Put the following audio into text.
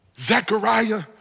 Zechariah